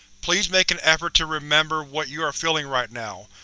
please make an effort to remember what you are feeling right now,